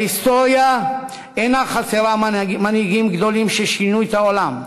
ההיסטוריה אינה חסרה מנהיגים גדולים ששינו את העולם,